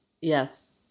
Yes